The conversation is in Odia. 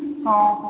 ହଁ ହଁ